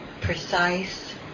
precise